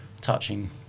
touching